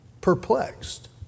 Perplexed